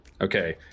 okay